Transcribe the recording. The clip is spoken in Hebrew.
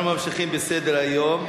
אנחנו ממשיכים בסדר-היום.